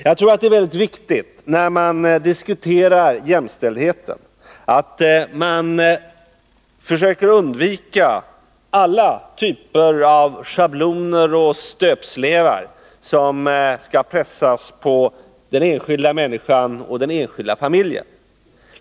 Jagtror att det är mycket viktigt att man när man diskuterar jämställdheten försöker undvika att pressa på den enskilda människan och den enskilda familjen alla typer av schabloner och stöpslevar.